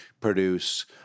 produce